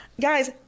Guys